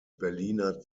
berliner